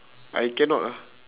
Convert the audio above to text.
I cannot ah